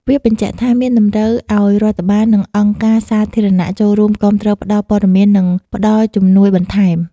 វាបញ្ជាក់ថា មានតម្រូវឲ្យរដ្ឋបាល និងអង្គការសាធារណៈចូលរួមគាំទ្រផ្តល់ព័ត៌មាននិងផ្ដល់ជំនួយបន្ថែម។